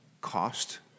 cost